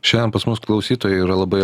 šianian pas mus klausytojai yra labai